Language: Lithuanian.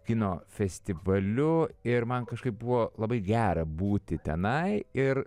kino festivaliu ir man kažkaip buvo labai gera būti tenai ir